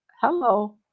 Hello